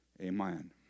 Amen